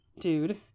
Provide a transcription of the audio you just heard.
dude